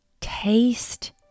taste